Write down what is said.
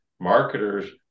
Marketers